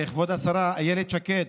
השרה אילת שקד,